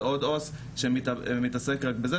ועוד עובד סוציאלי שמתעסק רק בזה.